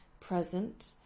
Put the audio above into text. present